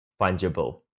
fungible